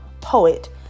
poet